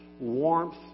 warmth